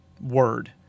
word